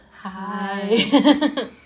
Hi